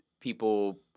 people